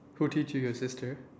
who teach you your sister